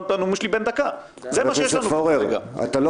אני רוצה לנאום את הנאום בן דקה שלי.